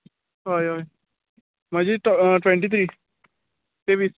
हय हय म्हाजी टवेंटी त्री तेवीस